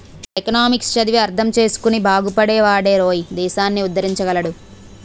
economics చదివి అర్థం చేసుకుని బాగుపడే వాడేరోయ్ దేశాన్ని ఉద్దరించగలడు